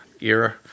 era